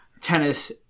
tennis